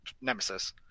Nemesis